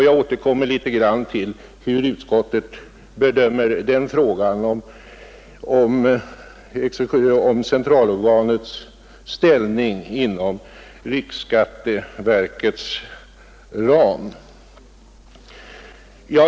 Jag återkommer senare till hur utskottet bedömer frågan om centralorganets ställning inom riksskatteverkets ram.